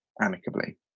amicably